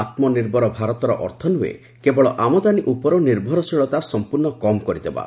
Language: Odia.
ଆତ୍ମନିର୍ଭର ଭାରତର ଅର୍ଥ ନୁହେଁ କେବଳ ଆମଦାନୀ ଉପର୍ ନିର୍ଭରଶୀଳତା ସମ୍ପୂର୍ଣ୍ଣ କମ୍ କରିଦେବା